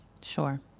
Sure